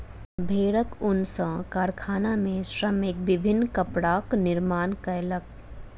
भेड़क ऊन सॅ कारखाना में श्रमिक विभिन्न कपड़ाक निर्माण कयलक